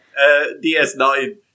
DS9